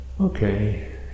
okay